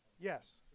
Yes